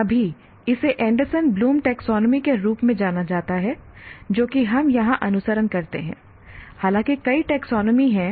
अभी इसे Anderson Bloom taxonomy के रूप में जाना जाता है जो कि हम यहां अनुसरण करते हैं हालांकि कई टैक्सोनॉमी हैं